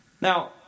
Now